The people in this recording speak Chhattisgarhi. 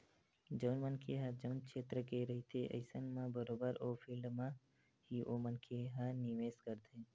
जउन मनखे ह जउन छेत्र के रहिथे अइसन म बरोबर ओ फील्ड म ही ओ मनखे ह निवेस करथे